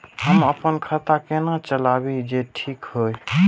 हम अपन खाता केना चलाबी जे ठीक होय?